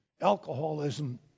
Alcoholism